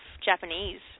Japanese